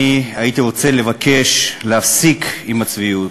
אני הייתי רוצה לבקש להפסיק עם הצביעות,